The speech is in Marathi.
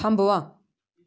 थांबवा